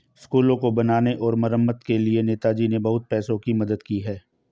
स्कूलों को बनाने और मरम्मत के लिए नेताजी ने बहुत पैसों की मदद की है